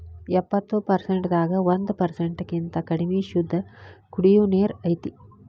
ಎಪ್ಪತ್ತು ಪರಸೆಂಟ್ ದಾಗ ಒಂದ ಪರಸೆಂಟ್ ಕಿಂತ ಕಡಮಿ ಶುದ್ದ ಕುಡಿಯು ನೇರ ಐತಿ